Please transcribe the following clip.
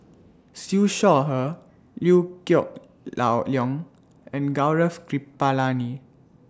Siew Shaw Her Liew Geok Leong and Gaurav Kripalani